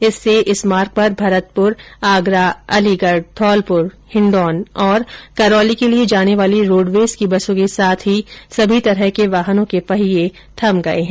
इससे इस मार्ग पर भरतपुर आगरा अलीगढ धौलपुर हिंडौन और करौली के लिए जाने वाली रोडवेज की बसों के साथ सभी तरह के वाहनों के पहिए थम गये है